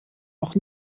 noch